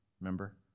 remember